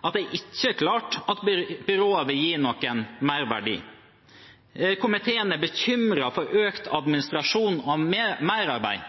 at det ikke er klart at byrået vil gi noen merverdi. Komiteen er bekymret for økt administrasjon og merarbeid.